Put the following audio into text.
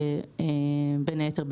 בין היתר,